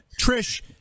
Trish